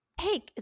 Hey